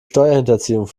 steuerhinterziehung